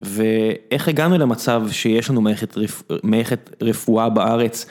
ואיך הגענו למצב שיש לנו מערכת רפואה בארץ?